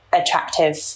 attractive